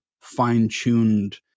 fine-tuned